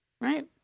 Right